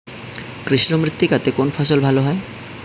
কৃষ্ণ মৃত্তিকা তে কোন ফসল ভালো হয়?